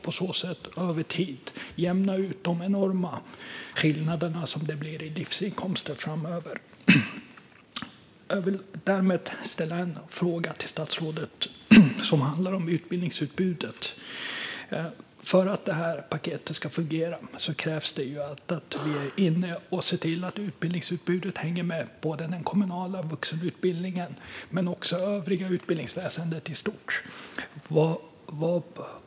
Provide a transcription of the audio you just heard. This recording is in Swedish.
På så sätt jämnas de enorma skillnader som det blir i livsinkomst ut framöver. Jag vill utifrån det ställa en fråga om utbildningsutbudet till statsrådet. För att det här paketet ska fungera krävs att vi ser till att utbildningsutbudet hänger med, både den kommunala vuxenutbildningen och det övriga utbildningsväsendet i stort.